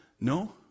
no